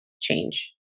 change